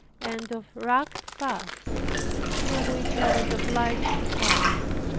and of rugged paths through which i was obliged to pass.